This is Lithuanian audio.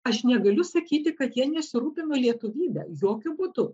aš negaliu sakyti kad jie nesirūpino lietuvybe jokiu būdu